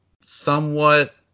somewhat